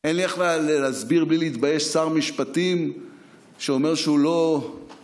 אין לי איך להסביר בלי להתבייש שר משפטים שאומר שהוא לא יתמוך